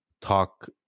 talk